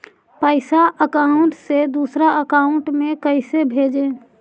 पैसा अकाउंट से दूसरा अकाउंट में कैसे भेजे?